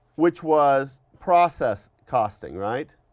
which was process costing, right?